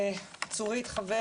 צורית חבר